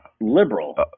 liberal